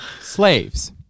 slaves